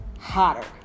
hotter